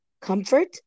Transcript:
comfort